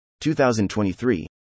2023